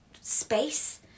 space